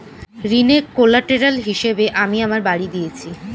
ঋনের কোল্যাটেরাল হিসেবে আমি আমার বাড়ি দিয়েছি